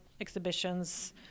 exhibitions